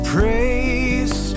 Praise